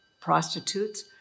prostitutes